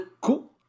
cool